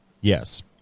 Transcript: Yes